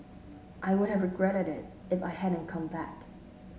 I would have regretted it if I hadn't come back